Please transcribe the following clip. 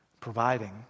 providing